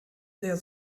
sehr